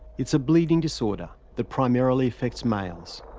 it's a bleeding disorder that primarily affects males.